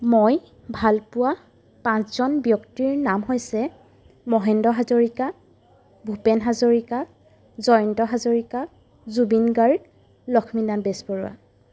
মই ভালপোৱা পাঁচজন ব্যক্তিৰ নাম হৈছে মহেন্দ্ৰ হাজৰিকা ভূপেন হাজৰিকা জয়ন্ত হাজৰিকা জুবিন গাৰ্গ লক্ষ্মীনাথ বেজবৰুৱা